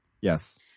Yes